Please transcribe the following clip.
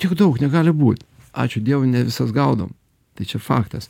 tiek daug negali būt ačiū dievui ne visas gaudom tai čia faktas